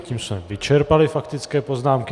Tím jsme vyčerpali faktické poznámky.